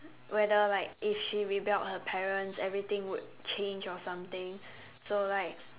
whether like if she rebelled her parents everything would change or something so like